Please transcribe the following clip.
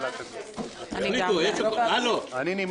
מי נגד?